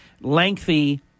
lengthy